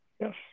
yes